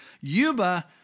Yuba